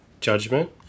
judgment